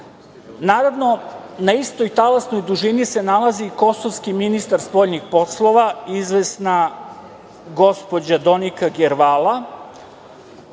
autora. Naravno, na istoj talasnoj dužini se nalazi i kosovski ministar spoljnih poslova izvesna gospođa Donika Gervala,